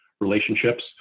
relationships